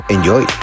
Enjoy